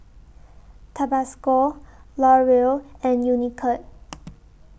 Tabasco L'Oreal and Unicurd